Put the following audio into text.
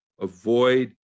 Avoid